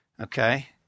okay